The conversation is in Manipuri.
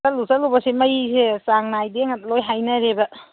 ꯆꯠꯂꯨ ꯆꯠꯂꯨꯕꯁꯦ ꯃꯩꯁꯦ ꯆꯥꯡ ꯅꯥꯏꯗꯦ ꯂꯣꯏ ꯍꯥꯏꯅꯔꯦꯕ